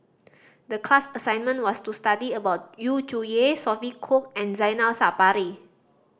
the class assignment was to study about Yu Zhuye Sophia Cooke and Zainal Sapari